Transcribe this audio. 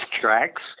tracks